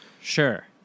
Sure